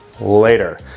later